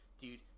dude